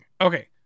okay